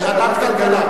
לוועדת כלכלה.